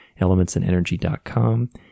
elementsandenergy.com